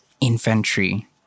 inventory